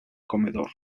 comedor